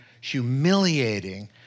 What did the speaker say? humiliating